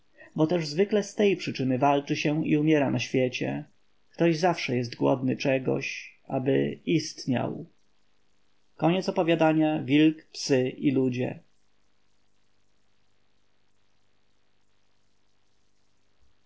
też zwykle z tej przyczyny walczy się i umiera na świecie ktoś zawsze jest głodny czegoś aby istniał przy